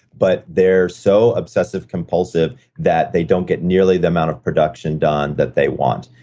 but they're so obsessive compulsive that they don't get nearly the amount of production done that they want.